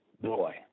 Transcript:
boy